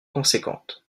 conséquente